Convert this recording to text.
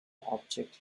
object